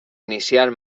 iniciar